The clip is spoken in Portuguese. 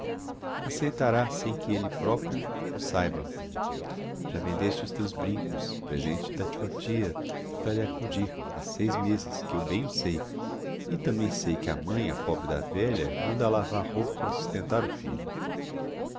acceitará sem que elle proprio o saiba já vendeste os teus brincos presente de tua tia para lhe accudir ha seis meses que eu bem o sei e tambem sei que a mãe a pobre da velha anda a lavar roupa para sustentar o filho